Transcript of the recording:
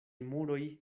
muroj